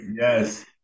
Yes